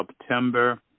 September